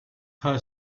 her